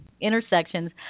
intersections